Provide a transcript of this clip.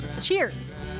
cheers